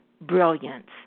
brilliance